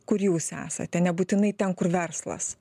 kur jūs esate nebūtinai ten kur verslas